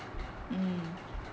mm